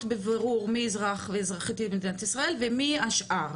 בבירור מי אזרח ואזרחית מדינת ישראל ומי השאר.